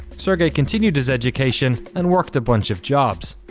sergey continued his education and worked a bunch of jobs.